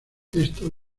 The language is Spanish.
esto